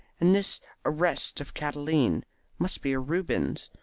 and this arrest of catiline must be a rubens.